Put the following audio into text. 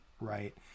right